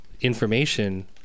information